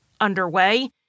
underway